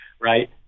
right